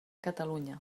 catalunya